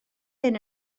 hyn